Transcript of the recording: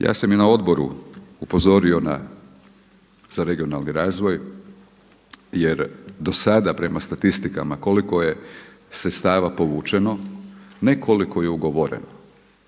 Ja sam i na odboru upozorio na za regionalni razvoj jer do sada prema statistikama koliko je sredstava povučeno, ne koliko je ugovoreno.